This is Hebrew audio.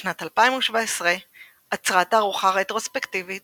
בשנת 2017 אצרה תערוכה רטרוספקטיבית